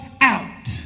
out